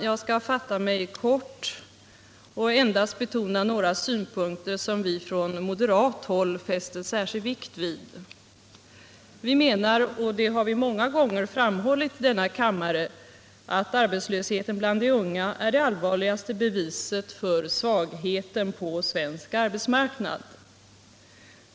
Jag skall fatta mig kort och endast betona några synpunkter, som vi från moderat håll fäster särskild vikt vid. Vi menar — det har vi många gånger framhållit i denna kammare — att arbetslösheten bland de unga är det allvarligaste beviset för svagheten på den svenska arbetsmarknaden.